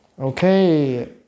Okay